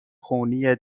خونی